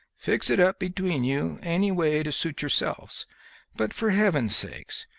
fix it up between you any way to suit yourselves but for heaven's sake,